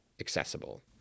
accessible